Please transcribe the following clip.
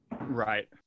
Right